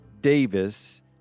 Davis